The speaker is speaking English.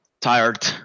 tired